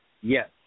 yes